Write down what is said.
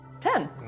ten